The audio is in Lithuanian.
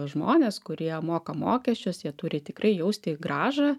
žmones kurie moka mokesčius jie turi tikrai jausti grąžą